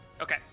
Okay